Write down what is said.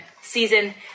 season